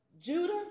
Judah